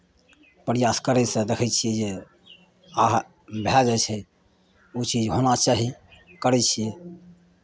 प्रयास करयसँ देखै छियै जे हमरा भए जाइ छै ओ चीज होना चाही करै छियै